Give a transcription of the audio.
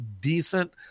decent